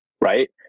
right